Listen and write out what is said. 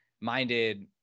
minded